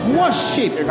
worship